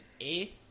eighth